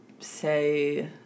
Say